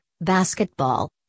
basketball